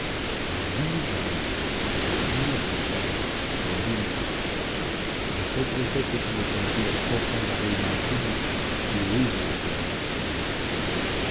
vendí mis ganados vendí mi espingarda vendí mi tienda besé tres veces a mi prometida esposa la bella alcina y huí del áfrica para siempre